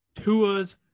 Tua's